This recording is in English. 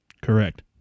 Correct